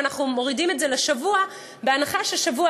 ואנחנו מורידים את זה לשבוע בהנחה ששבוע,